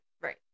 right